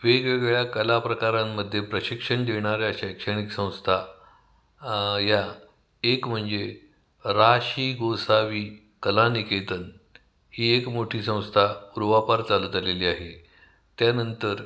वेगवेगळ्या कला प्रकारांमध्ये प्रशिक्षण देणाऱ्या शैक्षणिक संस्था या एक म्हणजे रा शी गोसावी कला निकेतन ही एक मोठी संस्था पूर्वापार चालत आलेली आहे त्यानंतर